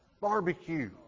barbecue